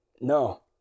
No